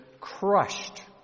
crushed